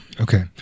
Okay